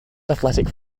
athletic